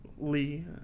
Lee